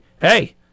hey